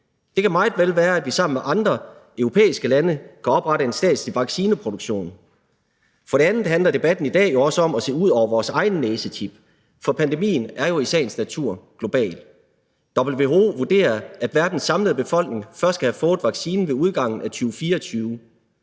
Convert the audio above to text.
Det kan meget vel være, at vi sammen med andre europæiske lande kan oprette en statslig vaccineproduktion. Det andet spor i debatten i dag handler om, at vi skal se ud over vores egen næsetip, for pandemien er jo i sagens natur global. WHO vurderer, at verdens samlede befolkning først kan have fået vaccinen ved udgangen af 2024.